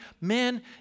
men